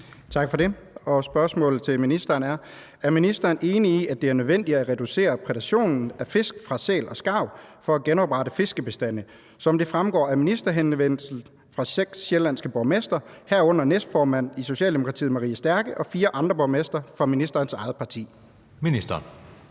af: Kristian Bøgsted (DD): Er ministeren enig i, at det er nødvendigt at reducere prædationen af fisk fra sæl og skarv for at genoprette fiskebestande, som det fremgår af ministerhenvendelsen fra seks sjællandske borgmestre, herunder næstformand i Socialdemokratiet Marie Stærke og fire andre borgmestre fra ministerens eget parti? Skriftlig